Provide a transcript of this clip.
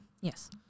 yes